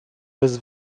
bez